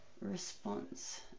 Response